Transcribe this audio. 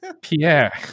Pierre